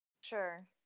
Sure